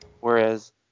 Whereas